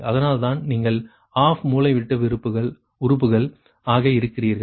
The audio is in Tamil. அதனால்தான் நீங்கள் ஆஃப் மூலைவிட்ட உறுப்புகள் ஆக இருக்கிறீர்கள்